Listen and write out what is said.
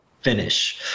Finish